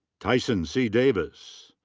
tyson c. davis.